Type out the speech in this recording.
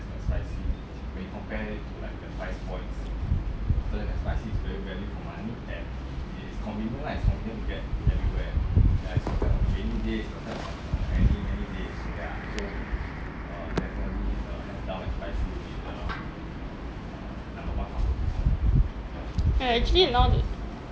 and actually now the